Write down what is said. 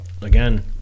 again